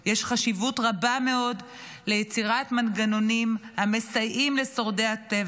יש חשיבות רבה מאוד ליצירת מנגנונים המסייעים לשורדי הטבח,